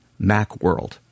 Macworld